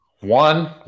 One